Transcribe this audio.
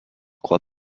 crois